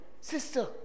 sister